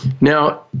Now